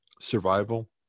survival